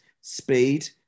speed